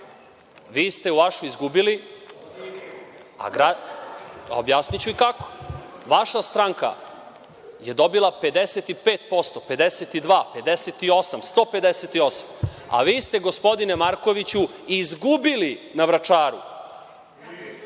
Vi ste vašu izgubili, objasniću i kako. Vaša stranka je dobila 55%, 52, 58, 158, a vi ste, gospodine Markoviću, izgubili na Vračaru,